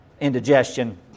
indigestion